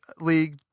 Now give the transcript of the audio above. League